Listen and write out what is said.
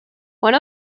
one